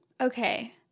okay